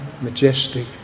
majestic